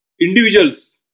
individuals